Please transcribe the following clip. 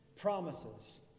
promises